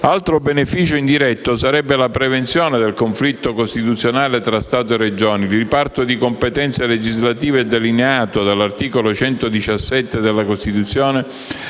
Altro beneficio indiretto sarebbe la prevenzione del conflitto costituzionale tra Stato e Regioni. Il riparto di competenze legislative delineato dall'articolo 117 della Costituzione